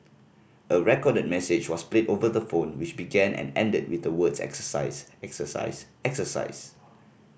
a recorded message was played over the phone which began and ended with the words exercise exercise exercise